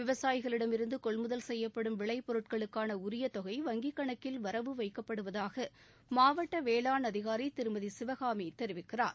விவசாயிகளிடம் இருந்து கொள்முதல் செய்யப்படும் விளை பொருட்களுக்கான உரிய தொகை வங்கிக் கணக்கில் வரவு வைக்கப்படுவதாக மாவட்ட வேளாண் அதிகாரி திருமதி சிவகாமி தெரிவிக்கிறார்